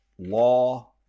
law